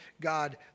God